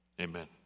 Amen